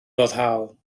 foddhaol